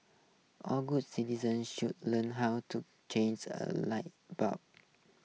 all good citizens should learn how to change a light bulb